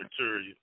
material